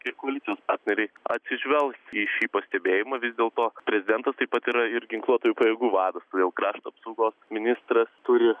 ir koalicijos partneriai atsižvelgs į šį pastebėjimą vis dėlto prezidentas taip pat yra ir ginkluotųjų pajėgų vadas todėl krašto apsaugos ministras turi